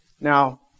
Now